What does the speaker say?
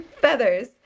feathers